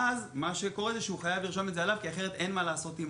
הוא חייב לרשום את זה עליו כי אחרת אין מה לעשות עם